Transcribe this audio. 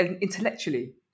intellectually